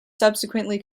subsequently